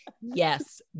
yes